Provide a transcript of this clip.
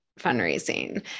fundraising